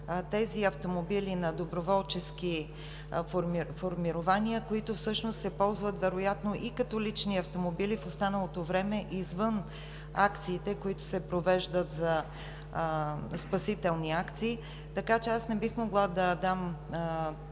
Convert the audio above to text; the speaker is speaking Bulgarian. тези автомобили на доброволчески формирования, които всъщност се ползват вероятно и като лични автомобили, в останалото време извън акциите, които се провеждат за спасителни акции. Така че аз не бих могла да дам